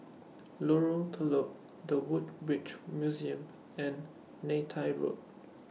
Lorong Telok The Woodbridge Museum and Neythai Road